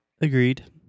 Agreed